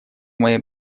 моей